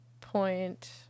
point